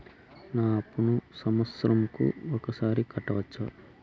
నా అప్పును సంవత్సరంకు ఒకసారి కట్టవచ్చా?